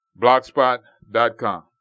blogspot.com